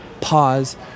pause